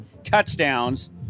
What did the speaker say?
touchdowns